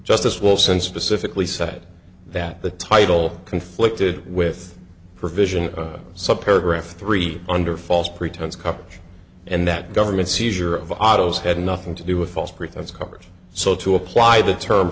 justice will send specifically said that the title conflicted with the provision of some paragraph three under false pretense coverage and that government seizure of autos had nothing to do with false pretense covers so to apply the term